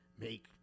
make